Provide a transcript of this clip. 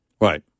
Right